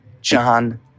John